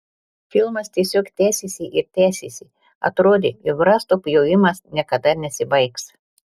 filmas tiesiog tęsėsi ir tęsėsi atrodė jog rąstų pjovimas niekada nesibaigs